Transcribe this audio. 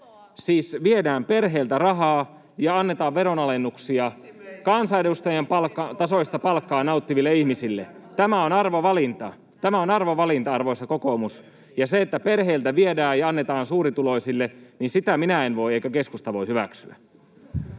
Siis viedään perheiltä rahaa ja annetaan veronalennuksia kansanedustajien tasoista palkkaa nauttiville ihmisille. [Ben Zyskowiczin välihuuto] Tämä on arvovalinta. Tämä on arvovalinta, arvoisa kokoomus. [Timo Heinonen: Höpsis!] Ja sitä, että perheiltä viedään ja annetaan suurituloisille, minä en voi eikä keskusta voi hyväksyä.